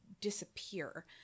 disappear